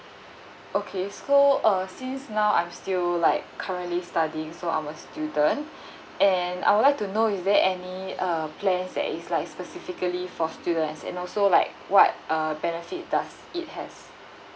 okay so uh since now I'm still like currently studying so I'm a student and I would like to know is there any uh plan that is like specifically for students and also like what uh benefit does it has